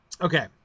okay